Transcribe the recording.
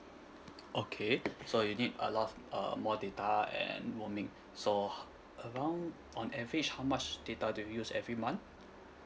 okay so you need a lot uh more data and roaming so around on average how much data do you use every month